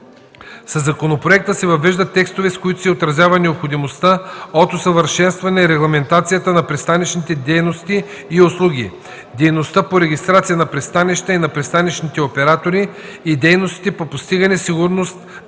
Със законопроекта се въвеждат текстове, с които се отразява необходимостта от усъвършенстване регламентацията на: - пристанищните дейности и услуги; - дейността по регистрация на пристанищата и на пристанищните оператори, и - дейностите по постигане сигурност на пристанищата.